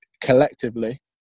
collectively